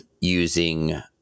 using